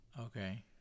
Okay